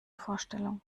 vorstellung